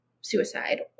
suicide